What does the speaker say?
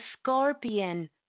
scorpion